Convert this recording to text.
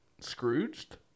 Scrooged